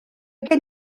gen